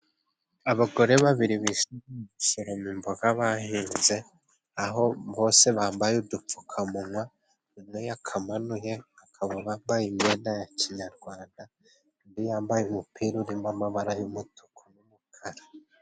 Abagore babiri bishimiye gusoroma imboga bahinze ,aho bose bambaye udupfukamunwa, umwe yakamanuye bakaba bambaye imyenda ya kinyarwanda, undi yambaye umupira urimo amabara y'umutuku n'umukara.